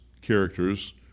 characters